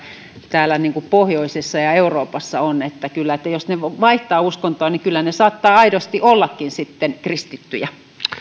täällä pohjoisessa ja euroopassa on jos he vaihtavat uskontoa niin kyllä he saattavat sitten aidosti ollakin kristittyjä